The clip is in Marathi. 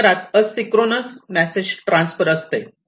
या प्रकारात असिंक्रोनस मेसेज ट्रान्सफर असते